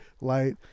light